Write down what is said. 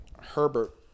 Herbert